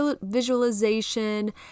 visualization